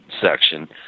section